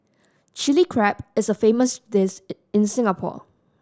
Chilli Crab is a famous dish in Singapore